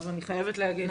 אני חייבת להגיד.